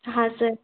हाँ सर